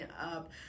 up